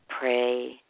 Pray